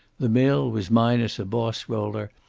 the mill was minus a boss roller,